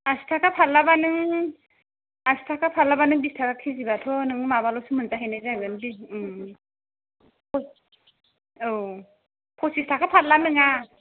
आसि थाखा फारलाबा नों आसि थाखा फारलाबा नों बिस थाखा केजि बाथ' नों माबाल'सो मोनजाहैनाय जागोन औ फसिस थाखा फारला नोङा